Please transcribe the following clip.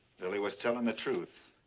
lily was telling the truth.